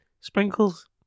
Sprinkles